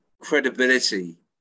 credibility